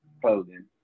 clothing